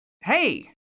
Hey